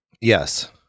Yes